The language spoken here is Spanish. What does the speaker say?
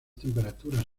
temperaturas